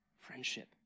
friendship